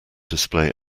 display